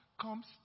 comes